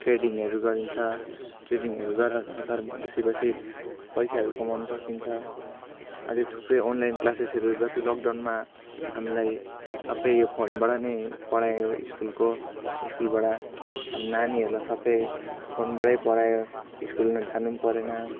ट्रेडिङहरू गरिन्छ ट्रेडिङहरू गरेर घरघर बसीबसी पैसाहरू कमाउनु सकिन्छ अझै थुप्रै अनलाइन क्लासेसहरू जति लकडाउनमा हामीलाई सबै यो फोनबाट नै पढायो स्कुलको स्कुलबाट अब नानीहरूलाई सबै फोनबाटै पढायो स्कुल न जानु पनि परेन